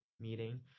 meeting